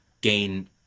gain